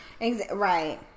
right